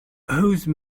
whose